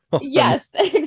Yes